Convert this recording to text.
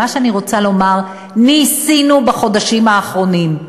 מה שאני רוצה לומר: ניסינו בחודשים האחרונים.